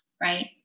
right